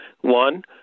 one